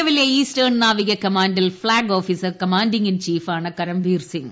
നിലവിലെ ഈസ്റ്റേൺ നാവിക കമാൻഡിൽ ഫ്ളാഗ് ഓഫീസർ കമാൻഡിങ് ഇൻ ചീഫാണ് കരംഭീർ സിങ്